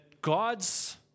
God's